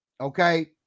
Okay